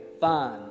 fun